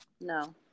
No